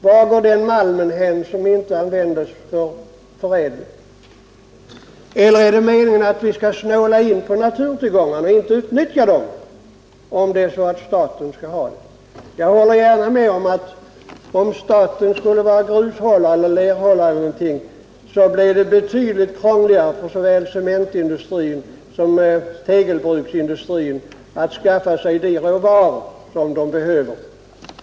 Vart går den malm som inte används för förädling? Eller skall vi snåla in på naturtillgångarna och inte utnyttja dem om staten skall äga dem? Jag håller gärna med om att om staten skulle vara gruseller lerhållare blev det betydligt krångligare för såväl cementindustrin som tegelbruksindustrin att skaffa sig det råmaterial som de behöver.